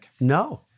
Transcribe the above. No